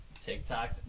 TikTok